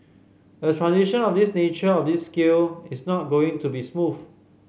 a transition of this nature of this scale is not going to be smooth